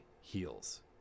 heals